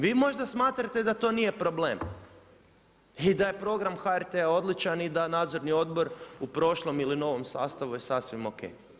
Vi možda smatrate da to nije problem i da je program HRT-a odličan i da nadzorni odbor u prošlom ili novom sastavu je sasvim ok.